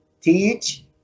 teach